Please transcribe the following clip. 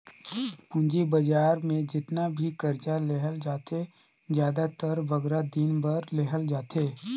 पूंजी बजार में जेतना भी करजा लेहल जाथे, जादातर बगरा दिन बर लेहल जाथे